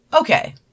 Okay